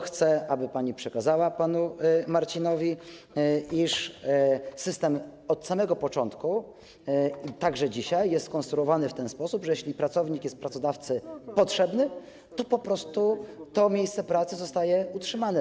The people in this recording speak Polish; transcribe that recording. Chcę, aby pani przekazała panu Marcinowi, iż system od samego początku, także dzisiaj, jest konstruowany w ten sposób, że jeśli pracownik jest pracodawcy potrzebny, to to miejsce pracy zostaje utrzymane.